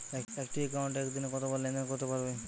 একটি একাউন্টে একদিনে কতবার লেনদেন করতে পারব?